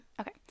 Okay